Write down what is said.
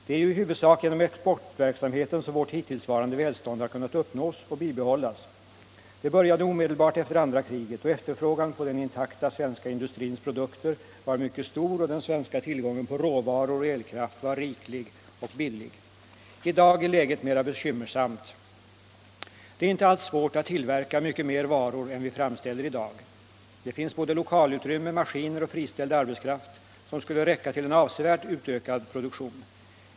Det är ju i huvudsak genom exportverksamheten som vårt hittillsvarande välstånd har kunnat uppnås och bibehållas. Det började omedelbart efter andra världskriget, då efterfrågan på den intakta svenska industrins produkter var mycket stor och den svenska tillgången på råvaror och elkraft var riklig och billig. I dag är läget mera bekymmersamt. Det är inte alls svårt att tillverka mycket mer varor än vi framställer i dag. Här finns lokalutrymmen, maskiner och friställd arbetskraft som skulle räcka till en avsevärt utökad produktion.